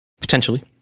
potentially